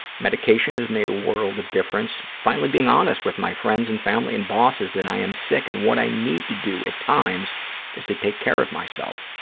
medication has made a world of difference. finally being honest with my friends and family and bosses that i am sick and what i need to do at times is to take care of myself.